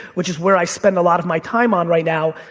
which is where i spend a lot of my time on right now,